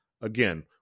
again